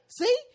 See